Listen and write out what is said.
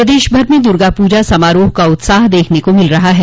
प्रदेश भर में दुर्गा पूजा समारोह का उत्साह देखने को मिल रहा है